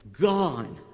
gone